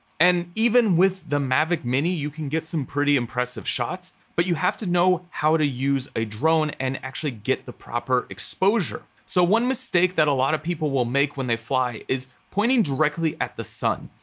and even with the mavic mini, you can get some pretty impressive shots, but you have to know how to use a drone and actually get the proper exposure. so one mistake that a lotta people will make when they fly is pointing directly at the sun.